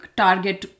target